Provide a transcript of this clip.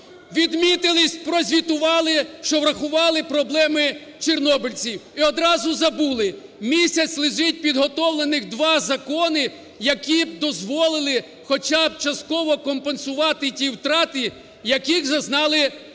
Відмітились, прозвітували, що врахували проблеми чорнобильців і одразу забули! Місяць лежать підготовлених два закони, які дозволили б хоча б частково компенсувати ті втрати, яких зазнали чорнобильці.